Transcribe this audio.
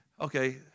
Okay